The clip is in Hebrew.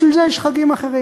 בשביל זה יש חגים אחרים.